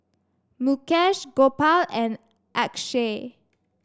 Mukesh Gopal and Akshay